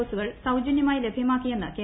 ഡോസുകൾ സൌജ്ന്യമായി ലഭ്യമാക്കിയെന്ന് കേന്ദ്രം